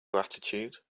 gratitude